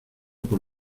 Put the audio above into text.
por